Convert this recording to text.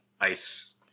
ice